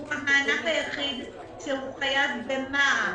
הוא המענק היחיד שחייב במע"מ.